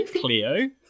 cleo